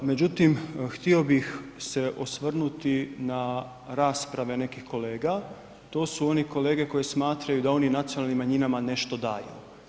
Međutim, htio bih se osvrnuti na rasprave nekih kolega, to su oni kolege koji smatraju da oni nacionalnim manjinama nešto daju.